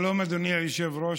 שלום, אדוני היושב-ראש.